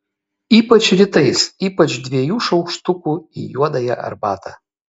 ypač rytais ypač dviejų šaukštukų į juodąją arbatą